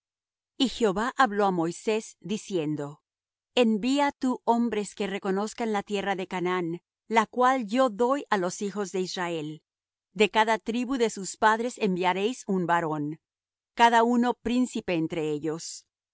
y jehová habló á moisés diciendo envía tú hombres que reconozcan la tierra de canaán la cual yo doy á los hijos de israel de cada tribu de sus padres enviaréis un varón cada uno príncipe entre ellos